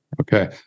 Okay